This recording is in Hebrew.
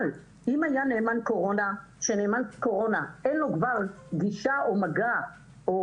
אבל אם היה נאמן קורונה ולנאמן קורונה אין גישה או מגע או